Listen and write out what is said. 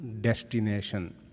destination